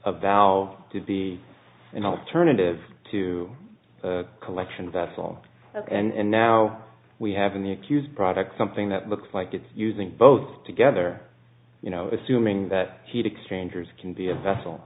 about to be an alternative to a collection vessel and now we have in the accused product something that looks like it's using both together you know assuming that heat exchangers can be a vessel